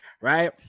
right